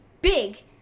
big